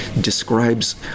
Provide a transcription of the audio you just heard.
describes